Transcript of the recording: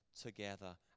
together